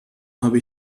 habe